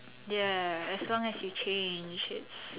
ya as long as you change it's